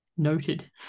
Noted